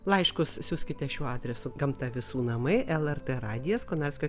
laiškus siųskite šiuo adresu gamta visų namai lrt radijas konarskio